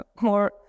more